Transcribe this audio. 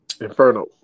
Inferno